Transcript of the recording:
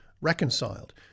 reconciled